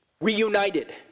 reunited